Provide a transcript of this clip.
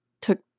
took